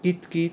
কিত কিত